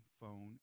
phone